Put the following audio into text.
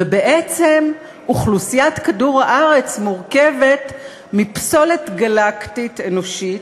ובעצם אוכלוסיית כדור-הארץ מורכבת מפסולת גלקטית אנושית,